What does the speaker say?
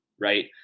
Right